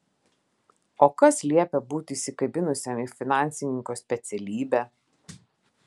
o kas liepia būti įsikabinusiam į finansininko specialybę